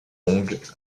longues